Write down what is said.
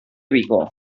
vigo